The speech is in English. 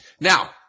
Now